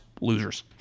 losers